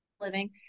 living